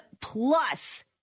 plus